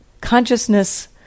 consciousness